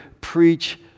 preach